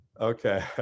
Okay